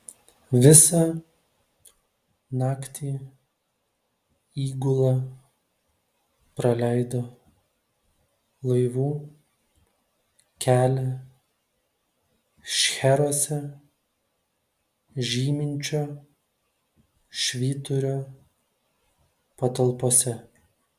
visą naktį įgula praleido laivų kelią šcheruose žyminčio švyturio patalpose